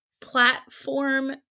platform